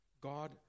God